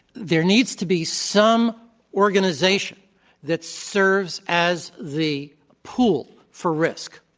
there needs to be some organization that serves as the pool for risk.